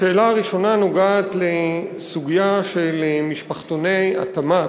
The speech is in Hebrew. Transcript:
השאלה הראשונה נוגעת לסוגיה של משפחתוני התמ"ת.